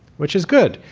which is good,